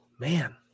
Man